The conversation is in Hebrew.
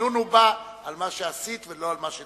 הצינון בא על מה שעשית ולא על מה שתעשי,